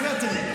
תראי,